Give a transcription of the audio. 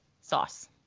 sauce